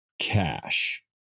cash